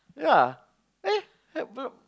yeah eh haven't